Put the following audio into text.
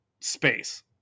space